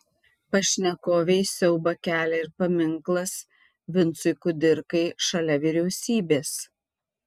pašnekovei siaubą kelia ir paminklas vincui kudirkai šalia vyriausybės